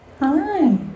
Hi